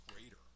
greater